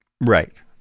Right